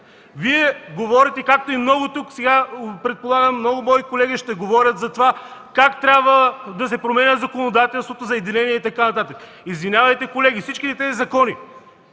Вие говорите, както и много тук, предполагам много мои колеги ще говорят за това как трябва да се промени законодателството, за единение и така нататък. Извинявайте, колеги, всички тези закони